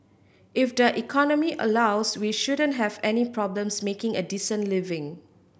if the economy allows we shouldn't have any problems making a decent living